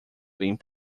being